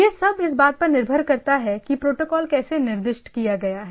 यह सब इस बात पर निर्भर करता है कि यह प्रोटोकॉल कैसे निर्दिष्ट किया गया है